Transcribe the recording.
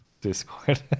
Discord